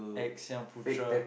X-Young-Putra